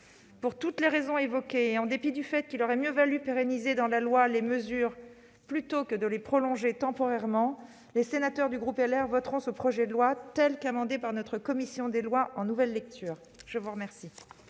Pour toutes les raisons évoquées, et en dépit du fait qu'il aurait mieux valu pérenniser dans la loi les mesures plutôt que de les prolonger temporairement, les sénateurs du groupe Les Républicains voteront ce projet de loi, tel qu'il a été amendé par la commission des lois en nouvelle lecture. La discussion